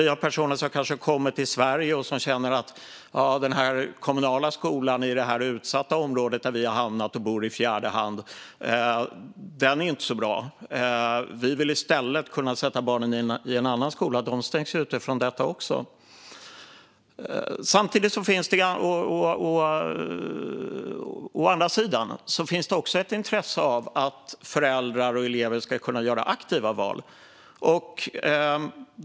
Och personer som kommer till Sverige och känner att den kommunala skolan i det utsatta område där de hamnat och bor i fjärde hand inte är så bra och i stället vill kunna sätta barnen i en annan skola, de stängs också ute från detta. Å andra sidan finns det ett intresse av att föräldrar och elever ska kunna göra aktiva val.